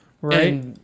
right